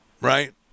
right